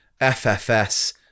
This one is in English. FFS